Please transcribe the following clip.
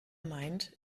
meint